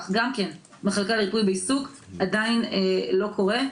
גם כן מחלקה לריפו ועיסוק - עדיין לא קורה.